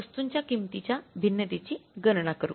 वस्तूंच्या किंमतींच्या भिन्नतेची गणना करू